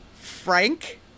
Frank